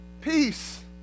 peace